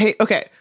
Okay